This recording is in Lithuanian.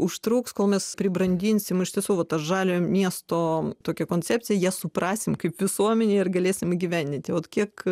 užtruks kol mes pribrandinsim iš tiesų vata žaliojo miesto tokią koncepciją ją suprasim kaip visuomenė ir galėsim įgyvendinti vat kiek